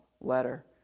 letter